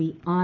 P R